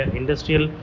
industrial